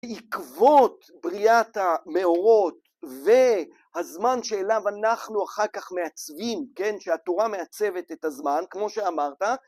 עקבות בריאת המאורות והזמן שאליו אנחנו אחר כך מעצבים, שהתורה מעצבת את הזמן, כמו שאמרת,